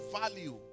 value